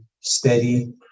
steady